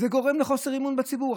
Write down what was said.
זה גורם לחוסר אמון בציבור.